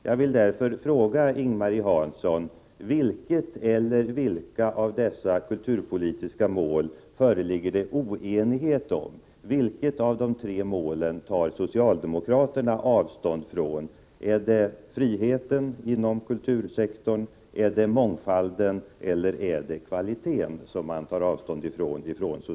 Jag vill därför fråga Ing-Marie Hansson: Vilket eller vilka av dessa kulturpolitiska mål förligger det oenighet om? Vilket av de tre målen tar socialdemokraterna avstånd från? Är det friheten inom kultursektorn, är det mångfalden, eller är det kvaliteten som socialdemokraterna tar avstånd från?